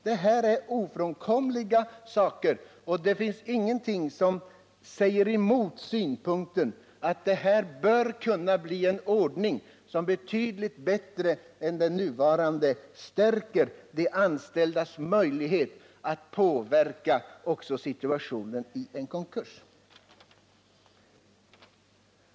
Detta är ofrånkomliga förutsättningar, och det finns ingenting som motsäger synpunkten att denna ordning betydligt bättre än den nuvarande bör kunna stärka de anställdas möjligheter att påverka situationen vid en konkurs.